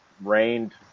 rained